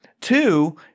Two